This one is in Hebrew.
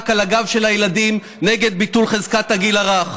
על הגב של הילדים נגד ביטול חזקת הגיל הרך?